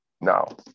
now